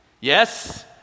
yes